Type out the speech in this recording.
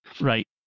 Right